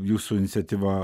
jūsų iniciatyva